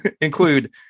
include